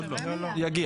לא, זה יגיע.